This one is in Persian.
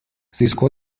سیسکو